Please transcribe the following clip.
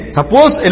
Suppose